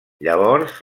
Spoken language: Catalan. llavors